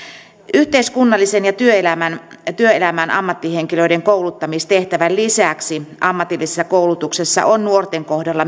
yhteiskunnallisen tehtävän ja työelämän ammattihenkilöiden kouluttamistehtävän lisäksi ammatillisessa koulutuksessa on nuorten kohdalla